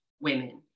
women